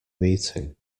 meeting